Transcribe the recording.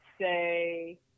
say